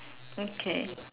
okay